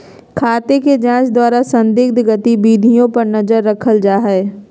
खाते के जांच द्वारा संदिग्ध गतिविधियों पर नजर रखल जा हइ